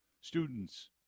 students